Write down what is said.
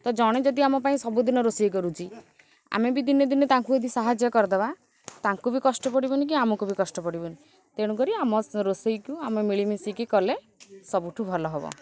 ତ ଜଣେ ଯଦି ଆମ ପାଇଁ ସବୁଦିନ ରୋଷେଇ କରୁଛି ଆମେ ବି ଦିନେ ଦିନେ ତାଙ୍କୁ ଯଦି ସାହାଯ୍ୟ କରିଦେବା ତାଙ୍କୁ ବି କଷ୍ଟ ପଡ଼ିବନି କି ଆମକୁ ବି କଷ୍ଟ ପଡ଼ିବନି ତେଣୁକରି ଆମ ରୋଷେଇକୁ ଆମେ ମିଳିମିଶିକି କଲେ ସବୁଠୁ ଭଲ ହେବ